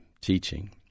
teaching